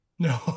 No